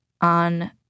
on